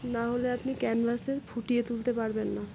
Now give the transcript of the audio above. নাহলে আপনি ক্যানভাসে ফুটিয়ে তুলতে পারবেন না